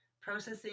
processing